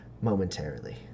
momentarily